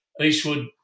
Eastwood